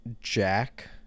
Jack